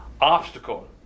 Obstacle